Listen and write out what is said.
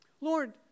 Lord